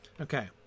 Okay